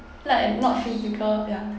like not physical ya